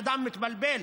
אדם מתבלבל,